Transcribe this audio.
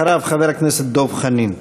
אחריו, חבר הכנסת דב חנין.